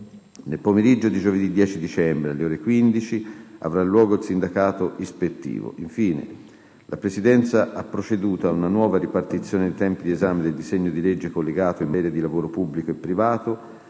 Nel pomeriggio di giovedì 10 dicembre, alle ore 15, avrà luogo il sindacato ispettivo. Infine, la Presidenza ha proceduto a una nuova ripartizione dei tempi di esame del disegno di legge collegato in materia di lavoro pubblico e privato,